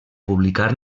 publicar